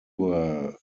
were